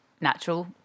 natural